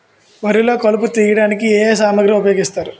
వరిలో కలుపు తియ్యడానికి ఏ ఏ సామాగ్రి ఉపయోగిస్తారు?